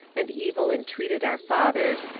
and evil entreated our fathers,